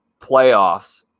playoffs –